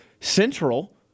Central